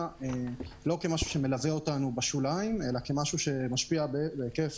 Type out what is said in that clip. לא כמשהו שמלווה אותנו בשוליים אלא כמשהו שמשפיע בהיקף